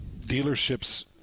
dealerships